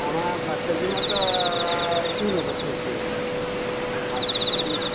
আমার বাচ্চার জন্য একটা শ্যু নেব শ্যু শ্যু আর স্ত্রী